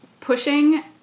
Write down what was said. pushing